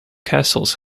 castles